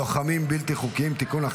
לוחמים בלתי חוקיים (תיקון,